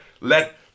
let